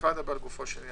כבר אדבר לגופו של עניין,